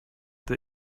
the